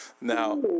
Now